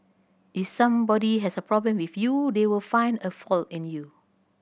if somebody has a problem with you they will find a fault in you